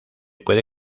puede